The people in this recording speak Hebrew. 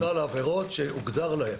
סל עבירות שהוגדר להם.